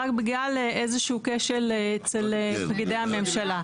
רק בגלל איזשהו כשל אצל פקידי הממשלה?